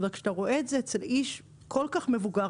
אבל כשאתה רואה את זה אצל איש כל כך מבוגר,